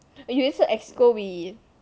有一次 EXCO we